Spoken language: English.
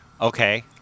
Okay